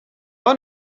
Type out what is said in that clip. want